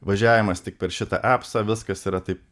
važiavimas tik per šitą epsą viskas yra taip